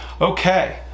okay